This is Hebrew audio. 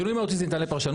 שינוי מהותי זה ניתן לפרשנות,